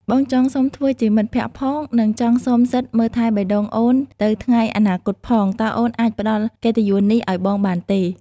បងចង់សុំធ្វើជាមិត្តភក្តិផង និងចង់សុំសិទ្ធិមើលថែបេះដូងអូនទៅថ្ងៃអនាគតផង តើអូនអាចផ្តល់កិត្តិយសនេះឱ្យបងបានទេ?